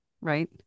right